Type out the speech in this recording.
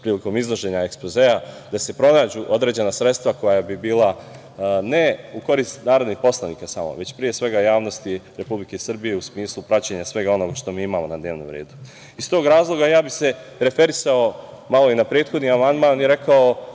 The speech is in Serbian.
prilikom iznošenja ekspozea, da se pronađu određena sredstva koja bi bila, ne u korist narodnih poslanika samo, već pre svega javnosti Republike Srbije u smislu praćenja svega onoga što mi imamo na dnevnom redu. Iz tog razloga ja bih se referisao malo i na prethodni amandman i rekao